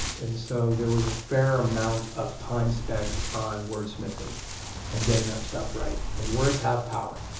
and so there was a fair amount of time spent on word-smithing and getting that stuff right. and words have power,